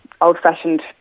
old-fashioned